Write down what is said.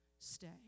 stay